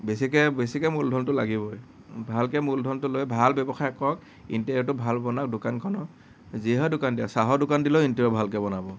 বেছিকৈ বেছিকৈ মূলধনটো লাগিবই ভালকৈ মূলধনটো লৈ ভাল ব্যৱসায় কৰক ইণ্টেৰিয়ৰটো ভাল বনাওঁক দোকানখনৰ যিহৰ দোকান দিয়ক চাহৰ দোকান দিলেও ইণ্টেৰিয়'ৰ ভালকৈ বনাব